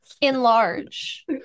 Enlarge